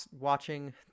watching